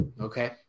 Okay